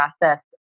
process